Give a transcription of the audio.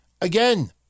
again